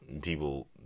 people